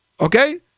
Okay